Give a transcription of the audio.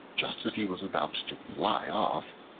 just as he was about to fly off,